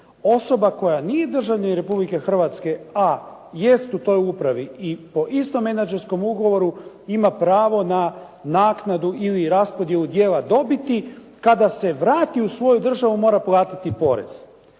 Osoba koja nije državljanin Republike Hrvatske, a jest u toj upravi i po istom menadžerskom ugovoru ima pravo na naknadu ili raspodjelu djela dobiti, kada se vrati u svoju državu mora platiti porez.